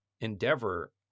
endeavor